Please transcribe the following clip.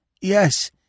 Yes